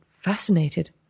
fascinated